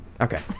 Okay